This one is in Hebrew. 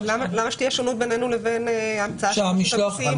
למה שתהיה שונות בינינו לבין המצאת מסמכים?